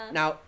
Now